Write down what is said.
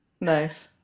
Nice